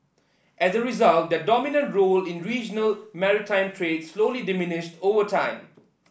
as a result their dominant role in regional maritime trade slowly diminished over time